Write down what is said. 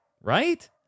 right